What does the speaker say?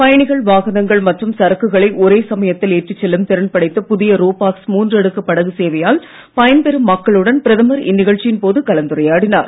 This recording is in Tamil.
பயணிகள் வாகனங்கள் மற்றும் சரக்குகளை ஒரே சமயத்தில் ஏற்றிச் செல்லும் திறன்படைத்த புதிய ரோ பாக்ஸ் மூன்றடுக்கு படகு சேவையால் பயன் பெறும் மக்களுடன் பிரதமர் இந்நிகழ்ச்சியின் போது கலந்துரையாடினார்